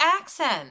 accent